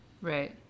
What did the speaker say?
Right